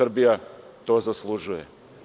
Srbija to zaslužuje.